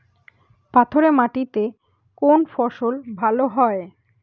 পাথরে মাটিতে কোন ফসল ভালো হয়?